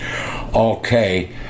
okay